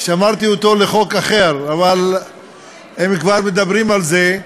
שמרתי אותו לחוק אחר, אבל אם כבר מדברים על זה,